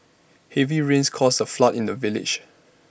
heavy rains caused A flood in the village